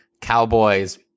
Cowboys